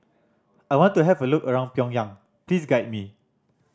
I want to have a look around Pyongyang please guide me